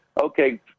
okay